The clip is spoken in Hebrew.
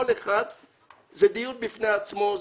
כל אחד זה דיון בפני עצמו,